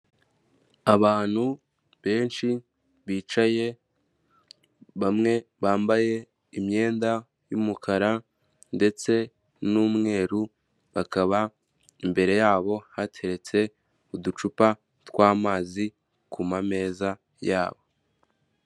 Abantu benshi bicaye bamwe bambaye imyenda y'umukara ndetse n'umweru bakaba imbere yabo hateretse uducupa tw'amazi ku mameza yabo.